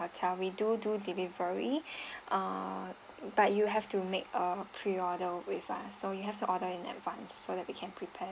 hotel we do do delivery err but you have to make a pre order with us so you have to order in advance so that we can prepare